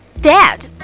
Dad